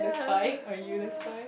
it's fine are you that's fine